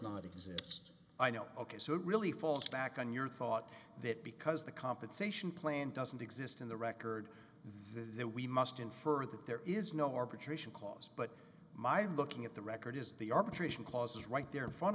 just i know ok so it really falls back on your thought that because the compensation plan doesn't exist in the record that we must infer that there is no arbitration cause but my looking at the record is the arbitration clause is right there in front